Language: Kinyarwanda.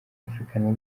african